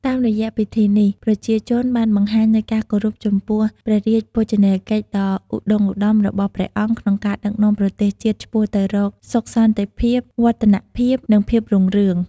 តាមរយៈពិធីនេះ ប្រជាជនបានបង្ហាញនូវការគោរពចំពោះព្រះរាជបូជនីយកិច្ចដ៏ឧត្តុង្គឧត្តមរបស់ព្រះអង្គក្នុងការដឹកនាំប្រទេសជាតិឆ្ពោះទៅរកសុខសន្តិភាព វឌ្ឍនភាព និងភាពរុងរឿង។